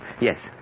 Yes